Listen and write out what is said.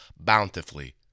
bountifully